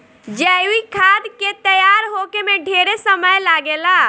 जैविक खाद के तैयार होखे में ढेरे समय लागेला